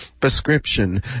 Prescription